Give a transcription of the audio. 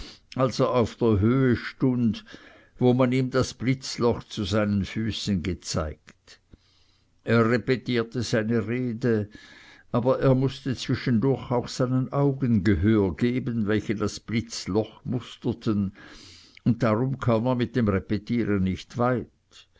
als er auf der höhe stund wo man ihm das blitzloch zu seinen füßen gezeigt er repetierte seine rede aber er mußte zwischendurch auch seinen augen gehör geben welche das blitzloch musterten und darum kam er mit dem repetieren nicht weit